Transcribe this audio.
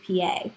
PA